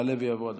יעלה ויבוא אדוני.